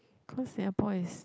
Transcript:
cause Singapore is